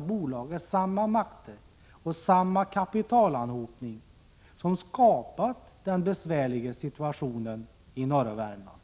bolag innebär samma makter och samma kapitalanhopning som skapat den besvärliga situationen i norra Värmland.